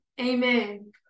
Amen